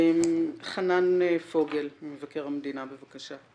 חנן פוגל ממבקר המדינה בבקשה.